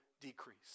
decrease